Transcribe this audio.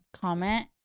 comment